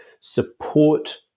support